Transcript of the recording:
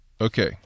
okay